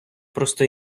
просто